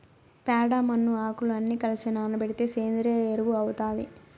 ప్యాడ, మన్ను, ఆకులు అన్ని కలసి నానబెడితే సేంద్రియ ఎరువు అవుతాది